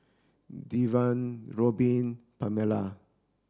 Devin Robin Pamelia